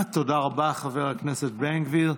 תודה רבה, חבר הכנסת בן גביר.